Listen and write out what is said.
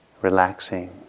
relaxing